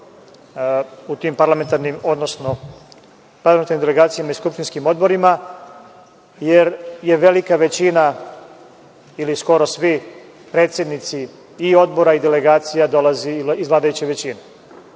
da predstavljaju u parlamentarnim delegacijama i skupštinskim odborima jer velika većina ili skoro svi predsednici i odbora i delegacija dolaze iz vladajuće većine.